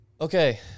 Okay